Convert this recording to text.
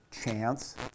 chance